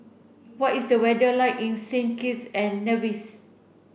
what is the weather like in Saint Kitts and Nevis